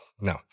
No